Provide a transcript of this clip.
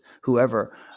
whoever